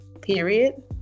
period